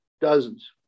Dozens